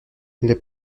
les